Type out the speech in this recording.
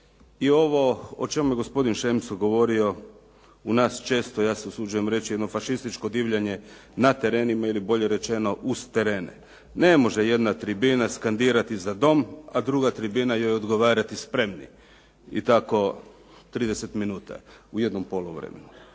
i ovo o čemu je gospodin Šemso govorio, u nas često, ja se usuđujem reći jedno fašističko divljanje na terenima ili bolje rečeno uz terene. Ne može jedna tribina skandirati za dom, a druga tribina joj odgovarati spremni. I tako trideset minuta u jednom poluvremenu.